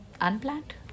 unplanned